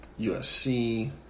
USC